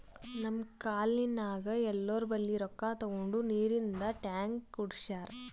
ನಮ್ ಕಾಲ್ನಿನಾಗ್ ಎಲ್ಲೋರ್ ಬಲ್ಲಿ ರೊಕ್ಕಾ ತಗೊಂಡ್ ನೀರಿಂದ್ ಟ್ಯಾಂಕ್ ಕುಡ್ಸ್ಯಾರ್